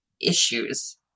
issues